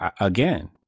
Again